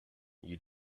you